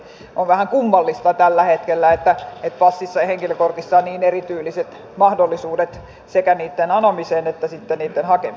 on vähän kummallista tällä hetkellä että passissa ja henkilökortissa on niin erityyliset mahdollisuudet sekä niitten anomiseen että niitten hakemiseen